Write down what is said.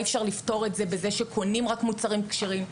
אי אפשר לפתור את זה בזה שקונים רק מוצרים כשרים.